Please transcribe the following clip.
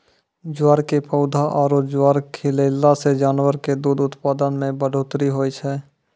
ज्वार के पौधा आरो ज्वार खिलैला सॅ जानवर के दूध उत्पादन मॅ बढ़ोतरी होय छै